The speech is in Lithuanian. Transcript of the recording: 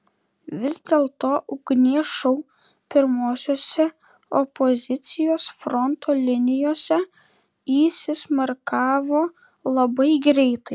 vis dėlto ugnies šou pirmosiose opozicijos fronto linijose įsismarkavo labai greitai